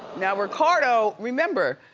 now ricardo, remember,